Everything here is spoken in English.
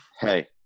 Hey